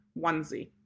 onesie